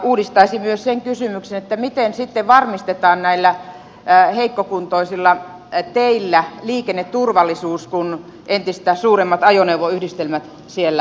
uudistaisin myös sen kysymyksen miten sitten varmistetaan näillä heikkokuntoisilla teillä liikenneturvallisuus kun entistä suuremmat ajoneuvoyhdistelmät siellä liikennöivät